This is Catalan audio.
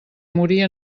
morir